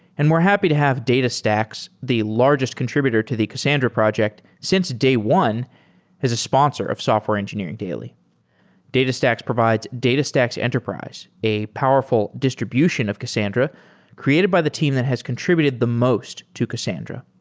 and we're happy to have datastax, the largest contributed to the cassandra project since day one as a sponsor of software engineering daily datastax provides datastax enterprise, a powerful distribution of cassandra created by the team that has contributed the most to cassandra.